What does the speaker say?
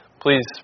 please